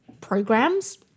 programs